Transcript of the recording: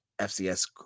FCS